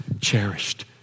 cherished